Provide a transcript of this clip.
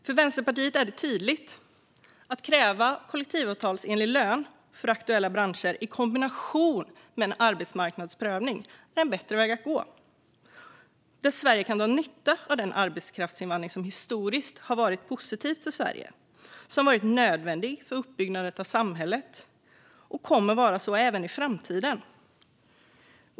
För Vänsterpartiet är det tydligt att en bättre väg att gå är att kräva kollektivavtalsenlig lön för aktuella branscher i kombination med en arbetsmarknadsprövning. Sverige kan dra nytta av den arbetskraftsinvandring som historiskt har varit positiv för Sverige, som har varit nödvändig för uppbyggnaden av samhället och kommer att vara så även i framtiden.